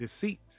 deceit